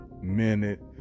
minute